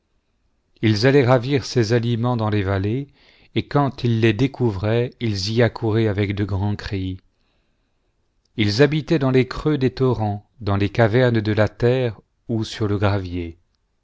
fis allaient ravir ces aliments dans les vallées et quand ils les découvraient ils y accouraient avec de grands cris ils habitaient dans les creux des ton-ents dans les cavernes de la terre on sur le gravier